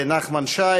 נחמן שי,